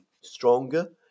stronger